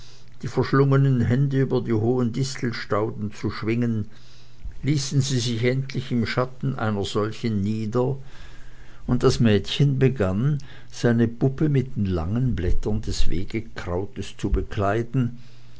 die verschlungenen hände über die hohen distelstauden zu schwingen ließen sie sich endlich im schatten einer solchen nieder und das mädchen begann seine puppe mit den langen blättern des wegekrautes zu bekleiden